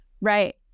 Right